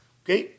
okay